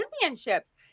championships